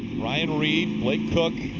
ryan reed, blake koch,